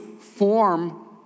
form